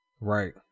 Right